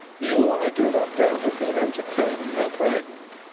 you, i do not doubt, have been entertained as a friend.